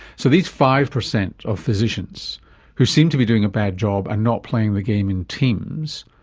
so these five percent of physicians who seem to be doing a bad job and not playing the game in teams,